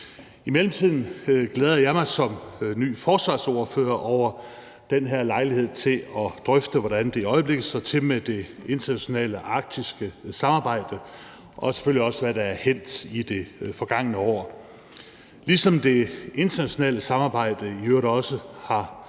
I mellemtiden glæder jeg mig som ny forsvarsordfører over den her lejlighed til at drøfte, hvordan det i øjeblikket står til med det internationale arktiske samarbejde, og selvfølgelig også hvad der er hændt i det forgangne år. Ligesom det internationale samarbejde har også